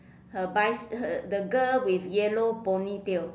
her bicy~ her the girl with yellow ponytail